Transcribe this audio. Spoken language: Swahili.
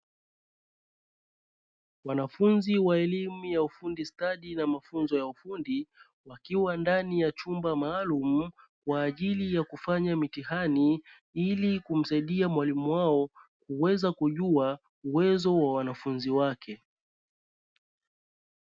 Wanafunzi wa elimu ya ufundi stadi na mafunzo ya ufundi, wakiwa ndani ya chumba maalumu kwa ajili ya kufanya mitihani ili kumsaidia mwalimu wao kuweza kujua uwezo wa wanafunzi wake.